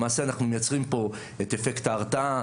למעשה אנחנו מייצרים פה את האפקט ההרתעה,